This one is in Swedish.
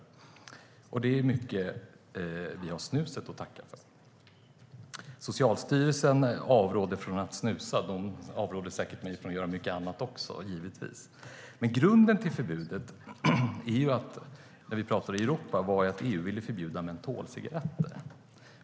Mycket av det har vi snuset att tacka för. Socialstyrelsen avråder från att snusa. De avråder mig säkert från att göra mycket annat också, givetvis. Grunden till förbudet när det gäller Europa var dock att EU ville förbjuda mentolcigaretter.